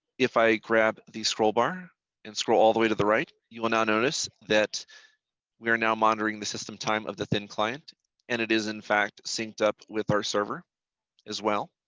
if i grab the scroll bar and scroll all the way to the right, you will now notice that we are now monitoring the system time of the thin client and it is in fact synced up with our server as well